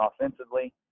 offensively